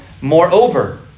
Moreover